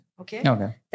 Okay